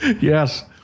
Yes